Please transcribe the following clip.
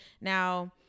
Now